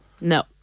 No